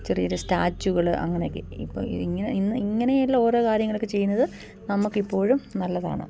ചെറിയ ചെ സ്റ്റാച്ചൂകൾ അങ്ങനെയൊക്കെ ഇപ്പം ഇങ്ങനെ ഇന്ന് ഇങ്ങനെയുള്ള ഓരോ കാര്യങ്ങളൊക്കെ ചെയ്യുന്നത് നമുക്കിപ്പോഴും നല്ലതാണ്